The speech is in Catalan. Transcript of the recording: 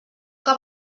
que